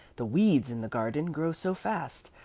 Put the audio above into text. the weeds in the garden grow so fast,